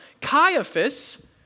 Caiaphas